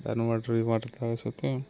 can water ఈ water త్రాగేసి వస్తే